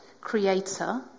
creator